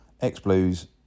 X-Blues